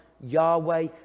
Yahweh